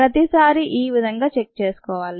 ప్రతి సారి ఈ విధంగా చెక్ చేసుకోవాలి